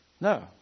No